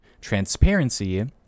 transparency